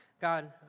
God